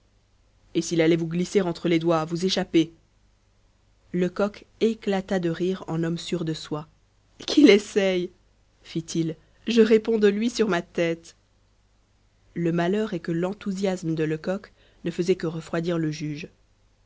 et s'il allait vous glisser entre les doigts vous échapper lecoq éclata de rire en homme sûr de soi qu'il essaie fit-il je réponds de lui sur ma tête le malheur est que l'enthousiasme de lecoq ne faisait que refroidir le juge